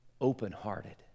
open-hearted